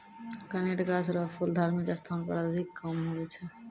कनेर गाछ रो फूल धार्मिक स्थान पर अधिक काम हुवै छै